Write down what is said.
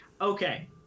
Okay